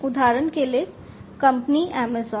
उदाहरण के लिए कंपनी अमेज़न